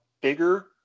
bigger